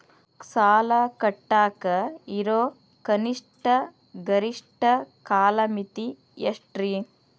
ಸಾಲ ಕಟ್ಟಾಕ ಇರೋ ಕನಿಷ್ಟ, ಗರಿಷ್ಠ ಕಾಲಮಿತಿ ಎಷ್ಟ್ರಿ?